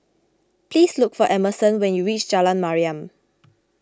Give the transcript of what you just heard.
please look for Emerson when you reach Jalan Mariam